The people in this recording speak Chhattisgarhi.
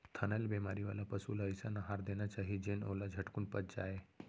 थनैल बेमारी वाला पसु ल अइसन अहार देना चाही जेन ओला झटकुन पच जाय